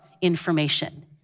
information